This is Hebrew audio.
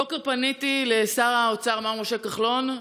הבוקר פניתי לשר האוצר מר משה כחלון,